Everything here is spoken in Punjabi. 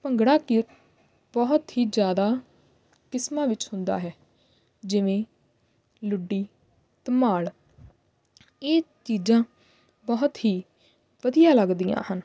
ਭੰਗੜਾ ਕੀ ਬਹੁਤ ਹੀ ਜ਼ਿਆਦਾ ਕਿਸਮਾਂ ਵਿੱਚ ਹੁੰਦਾ ਹੈ ਜਿਵੇਂ ਲੁੱਡੀ ਧਮਾਲ ਇਹ ਚੀਜ਼ਾਂ ਬਹੁਤ ਹੀ ਵਧੀਆ ਲੱਗਦੀਆਂ ਹਨ